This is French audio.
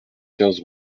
quinze